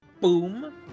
Boom